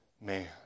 man